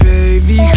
Baby